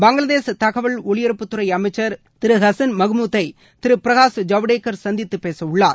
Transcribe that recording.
பங்களாதேஷ் தகவல் ஒளிபரப்புத் துறைஅமைச்சர் திருஹசன் மஹ்முத்தைதிருபிரகாஷ் ஜவடேக்கர் சந்தித்துபேசவுள்ளார்